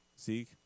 Zeke